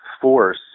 force